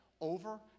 over